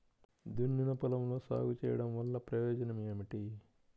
దున్నిన పొలంలో సాగు చేయడం వల్ల ప్రయోజనం ఏమిటి?